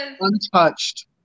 untouched